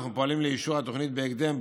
אנחנו פועלים לאישור התוכנית בהקדם,